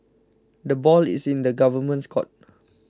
the ball is in the government's court